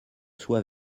soit